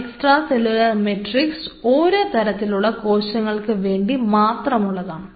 ഓരോ extra cellular matrix ഓരോ തരത്തിലുള്ള കോശങ്ങൾക്ക് വേണ്ടി മാത്രമുള്ളതാണ്